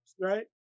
right